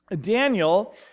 Daniel